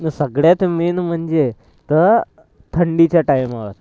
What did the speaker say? न सगळ्यात म्हणजे तर थंडीच्या टायमावर